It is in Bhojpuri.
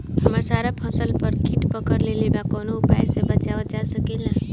हमर सारा फसल पर कीट पकड़ लेले बा कवनो उपाय से बचावल जा सकेला?